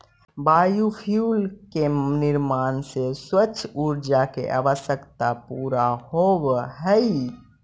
biofuel के निर्माण से स्वच्छ ऊर्जा के आवश्यकता पूरा होवऽ हई